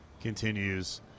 continues